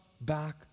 back